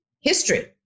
history